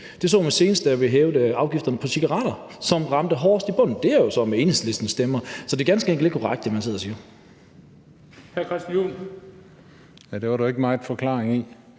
Det så man senest, da vi hævede afgifterne på cigaretter, som ramte hårdest i bunden, og det var jo så med Enhedslisten stemmer. Så det er ganske enkelt ikke korrekt, hvad man sidder og siger. Kl. 18:58 Den fg. formand